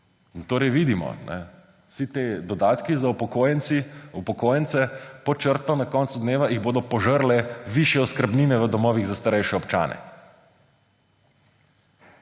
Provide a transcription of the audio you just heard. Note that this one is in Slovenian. Torej vidimo, vse te dodatke za upokojence bodo pod črto na koncu dneva požrle višje oskrbnine v domovih za starejše občane.